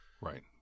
Right